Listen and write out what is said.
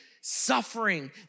suffering